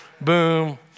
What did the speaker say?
Boom